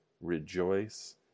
Rejoice